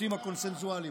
הנושאים הקונסנזואליים.